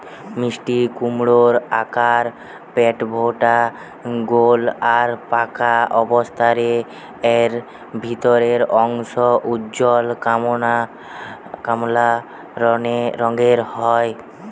মিষ্টিকুমড়োর আকার পেটমোটা গোল আর পাকা অবস্থারে এর ভিতরের অংশ উজ্জ্বল কমলা রঙের হয়